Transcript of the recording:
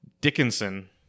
Dickinson